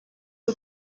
que